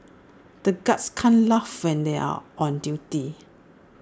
the guards can't laugh when they are on duty